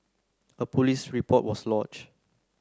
a police report was lodge